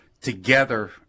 together